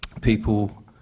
people